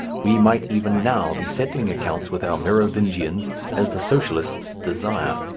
we might even now be settling accounts with our merovingians as the socialists desire.